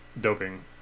doping